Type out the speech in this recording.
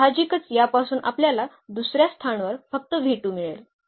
तर साहजिकच यापासून आपल्याला दुसर्या स्थानावर फक्त मिळेल